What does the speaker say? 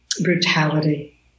brutality